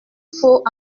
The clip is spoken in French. faut